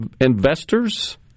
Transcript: investors